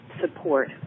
support